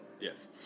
Yes